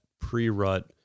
pre-rut